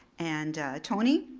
and tony.